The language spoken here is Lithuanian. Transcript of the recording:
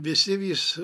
visi vis